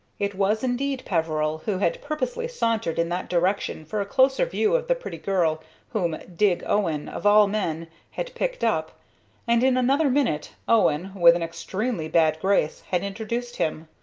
it was indeed peveril, who had purposely sauntered in that direction for a closer view of the pretty girl whom dig owen, of all men, had picked up and, in another minute, owen, with an extremely bad grace, had introduced him.